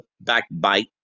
backbite